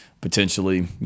potentially